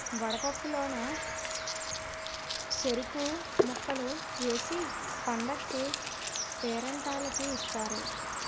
వడపప్పు లోన సెరుకు ముక్కలు ఏసి పండగకీ పేరంటాల్లకి ఇత్తారు